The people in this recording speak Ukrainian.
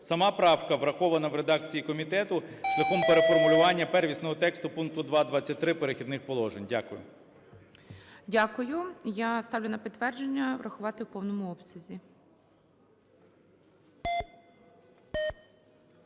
Сама правка врахована в редакції комітету шляхом переформулювання первісного тексту пункту 2.23 "Перехідних положень". Дякую. ГОЛОВУЮЧИЙ. Дякую. Я ставлю на підтвердження врахувати в повному обсязі.